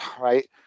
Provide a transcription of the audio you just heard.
right